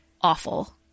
awful